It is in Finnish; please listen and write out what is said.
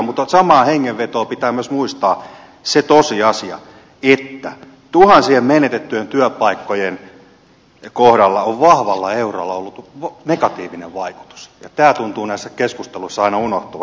mutta samaan hengenvetoon pitää myös muistaa se tosiasia että tuhan sien menetettyjen työpaikkojen kohdalla on vahvalla eurolla ollut negatiivinen vaikutus ja tämä tuntuu näissä keskusteluissa aina unohtuvan